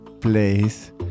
place